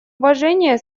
уважения